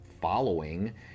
following